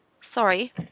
Sorry